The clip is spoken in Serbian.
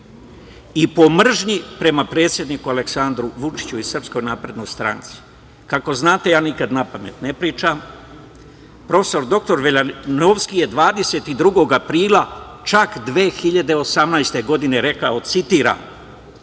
i po mržnji prema predsedniku Aleksandru Vučiću i SNS. Kako znate, ja nikada na pamet ne pričam. Prof. dr Veljanovski je 22. aprila 2018. godine rekao, citiram: